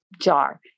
jar